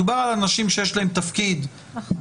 מדובר על אנשים שיש להם תפקיד במשרדים